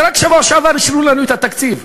שרק בשבוע שעבר אישרו לנו את התקציב.